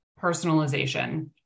personalization